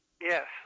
Yes